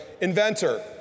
inventor